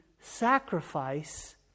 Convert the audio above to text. sacrifice